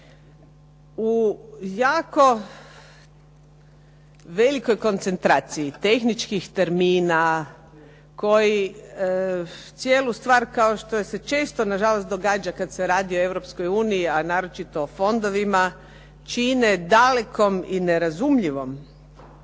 U jako velikoj koncentraciji tehničkih termina koji cijelu stvar kao što se često nažalost događa kad se radi o Europskoj uniji a naročito o fondovima čine dalekom i nerazumljivom